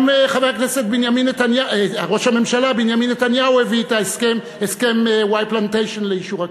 גם ראש הממשלה בנימין נתניהו הביא את הסכם "ואי פלנטיישן" לאישור הכנסת,